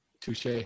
Touche